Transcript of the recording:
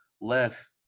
left